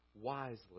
wisely